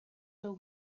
till